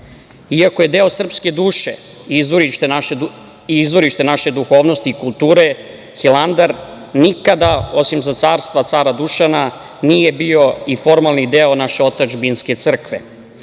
iako je deo srpske duše i izvorište naše duhovnosti i kulture, Hilandar nikada osim za carstva cara Dušana nije bio i formalni deo naše otadžbinske crkve,